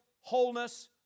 wholeness